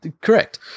Correct